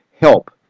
help